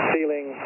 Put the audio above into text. Ceiling